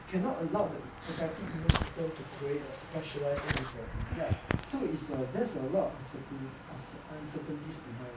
cannot allow the adaptive immune system to create a specialized antibody ya so is there's a lot of uncertain uncer~ uncertainties behind